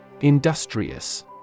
Industrious